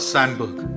Sandberg